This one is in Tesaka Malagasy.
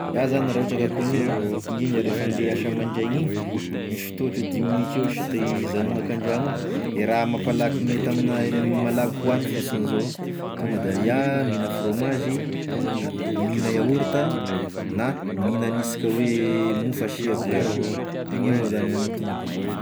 Iaho zany raha ohatry ka koa agn'io, indrindra refa ande hiasa amandraigny igny, misy fotoa ohatra hoe dimy minitra eo sisa te hizanonako an-dragno ao, e raha mampalaky mety amign'ahy malaky hoagny fosiny zao, tonge de iaho mihigna fromazy, da mihigna yaourta na mihigna hanisika hoe mofo asia beurra igny avao zany gn'hagny da tonga defa vita.